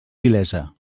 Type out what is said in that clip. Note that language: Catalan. vilesa